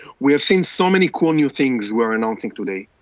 we have seen so many cool new things we're announcing today.